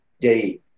day